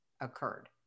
occurred